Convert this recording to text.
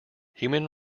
human